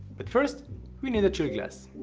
but first we need a chilled glass.